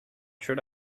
should